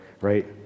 right